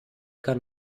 kann